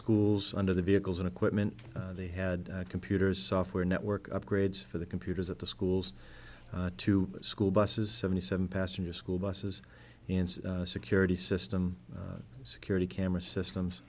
schools under the vehicles and equipment they had computers software network upgrades for the computers at the schools to school buses seventy seven passenger school busses security system security camera systems